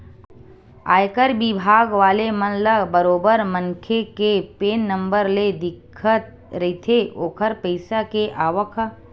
आयकर बिभाग वाले मन ल बरोबर मनखे के पेन नंबर ले दिखत रहिथे ओखर पइसा के आवक ह